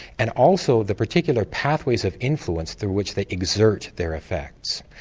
and also the particular pathways of influence through which they exert their effects.